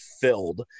filled